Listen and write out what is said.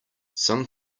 some